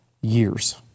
years